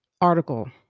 article